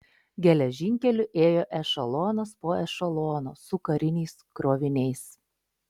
geležinkeliu ėjo ešelonas po ešelono su kariniais kroviniais